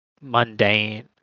mundane